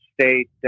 state